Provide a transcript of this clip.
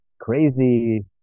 crazy